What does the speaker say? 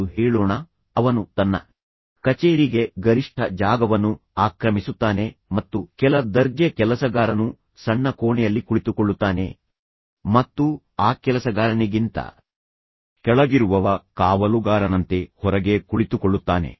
ಎಂದು ಹೇಳೋಣ ಅವನು ತನ್ನ ಕಚೇರಿಗೆ ಗರಿಷ್ಠ ಜಾಗವನ್ನು ಆಕ್ರಮಿಸುತ್ತಾನೆ ಮತ್ತು ಕೆಲ ದರ್ಜೆ ಕೆಲಸಗಾರನು ಸಣ್ಣ ಕೋಣೆಯಲ್ಲಿ ಕುಳಿತುಕೊಳ್ಳುತ್ತಾನೆ ಮತ್ತು ಆ ಕೆಲಸಗಾರನಿಗಿಂತ ಕೆಳಗಿರುವವ ಕಾವಲುಗಾರನಂತೆ ಹೊರಗೆ ಕುಳಿತುಕೊಳ್ಳುತ್ತಾನೆ